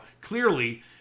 clearly